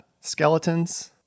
skeletons